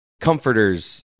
comforters